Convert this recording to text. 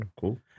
cool